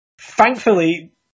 Thankfully